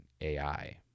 ai